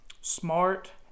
Smart